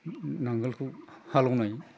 नांगोलखौ हालएवनाय